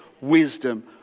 wisdom